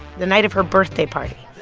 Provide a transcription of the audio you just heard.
the night of her birthday party.